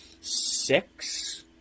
six